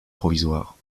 provisoire